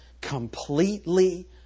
completely